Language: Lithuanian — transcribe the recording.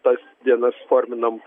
tas dienas forminam